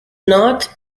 not